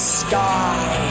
sky